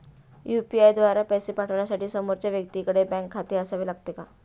UPI द्वारा पैसे पाठवण्यासाठी समोरच्या व्यक्तीकडे बँक खाते असावे लागते का?